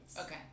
Okay